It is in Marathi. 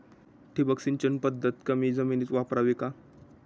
ठिबक सिंचन पद्धत कमी जमिनीत वापरावी का?